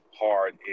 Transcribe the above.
hard